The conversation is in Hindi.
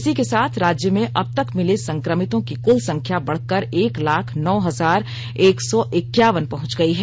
इसी के साथ राज्य में अबतक मिले संक्रमितों की कुल संख्या बढ़कर एक लाख नौ हजार एक सौ इक्यावन पहुंच गई है